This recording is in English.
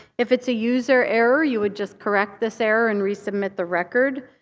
if it's a user error you would just correct this error and resubmit the record.